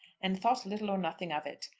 and thought little or nothing of it.